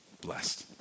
blessed